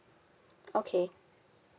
okay